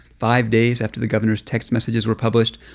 five days after the governor's text messages were published,